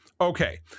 Okay